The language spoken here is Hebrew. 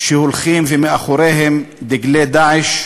שהולכים ומאחוריהם דגלי "דאעש",